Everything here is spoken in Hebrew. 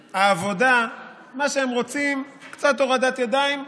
העבודה, מה שהם רוצים, קצת הורדת ידיים,